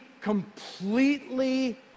completely